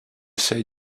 say